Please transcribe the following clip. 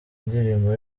ndirimbo